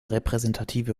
repräsentative